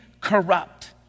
corrupt